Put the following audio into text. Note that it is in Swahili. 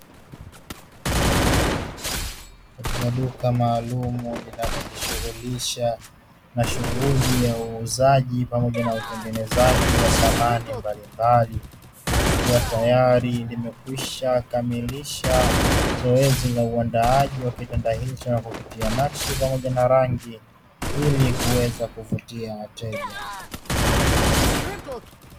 Katika maalumu linalojishughulisha na shughuli ya uuzaji pamoja na utengenezaji wa samani mbalimbali, likiwa tayari limekwishakukamilisha zoezi la uundaji wa kitanda hicho na kukitia nakshi ili kuweza kuvutia wateja.